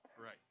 Right